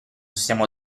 stiamo